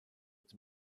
its